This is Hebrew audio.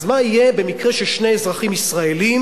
אז מה יהיה במקרה ששני אזרחים ישראלים